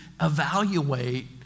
evaluate